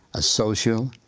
a social,